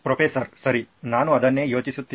professor ಸರಿ ನಾನು ಅದನ್ನೇ ಯೋಚಿಸುತ್ತಿದ್ದೆ